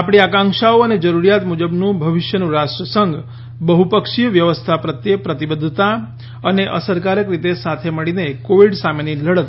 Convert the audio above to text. આપણી આકાંક્ષાઓ અને જરૂરીયાત મુજબનું ભવિષ્યનું રાષ્ટ્રસંઘ બહ્પક્ષીય વ્યવસ્થા પ્રત્યે પ્રતિબધ્ધતા અને અસરકારક રીતે સાથે મળીને કોવીડ સામેની લડત